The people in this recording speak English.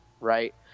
right